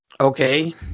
Okay